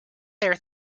there